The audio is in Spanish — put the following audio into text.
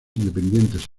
independientes